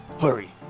Hurry